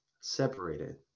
separated